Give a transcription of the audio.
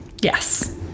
Yes